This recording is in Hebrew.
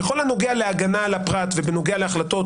בכל הנוגע להגנה על הפרט ובנוגע להחלטות